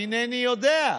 אינני יודע,